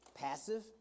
passive